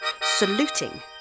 saluting